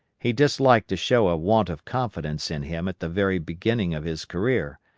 he disliked to show a want of confidence in him at the very beginning of his career,